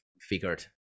figured